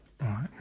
Right